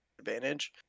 advantage